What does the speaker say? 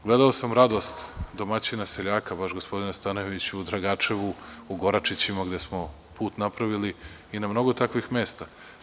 Gledao sam radost domaćina, seljaka, baš, gospodine Stanojeviću, u Dragačevu, u Goračićima, gde smo put napravili, i na mnogo takvih mesta.